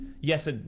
yes